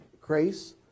grace